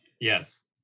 Yes